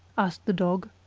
asked the dog,